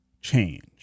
change